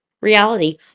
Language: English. reality